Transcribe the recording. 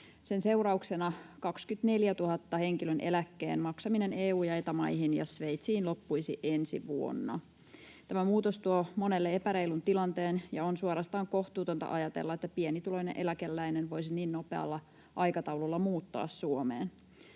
Sen seurauksena 24 000 henkilön eläkkeen maksaminen EU- ja Eta-maihin ja Sveitsiin loppuisi ensi vuonna. Tämä muutos tuo monelle epäreilun tilanteen, ja on suorastaan kohtuutonta ajatella, että pienituloinen eläkeläinen voisi niin nopealla aikataululla muuttaa Suomeen.